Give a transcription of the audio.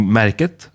märket